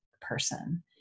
person